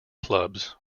clubs